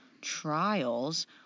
trials